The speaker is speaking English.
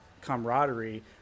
camaraderie